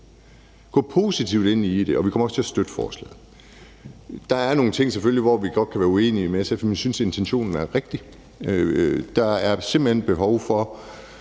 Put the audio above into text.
gå positivt ind i det, og vi kommer også til at støtte forslaget. Der er selvfølgelig nogle ting, hvor vi godt kan være uenige med SF, men vi synes, at intentionen er rigtig. For der er simpelt hen et behov for,